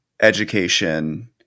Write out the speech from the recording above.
education